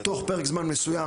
תוך פרק זמן מסוים,